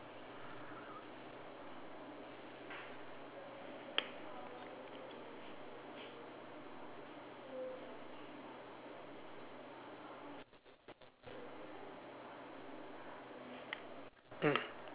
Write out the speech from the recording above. mm